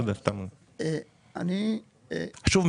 שוב,